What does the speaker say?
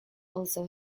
also